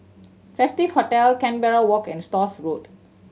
Festive Hotel Canberra Walk and Stores Road